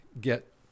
get